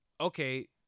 okay